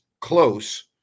close